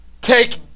take